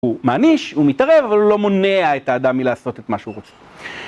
הוא מעניש, הוא מתערב, אבל הוא לא מונע את האדם מלעשות את מה שהוא רוצה.